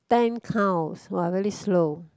ten counts !wah! very slow